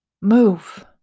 Move